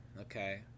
okay